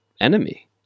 enemy